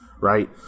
right